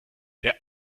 der